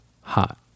hot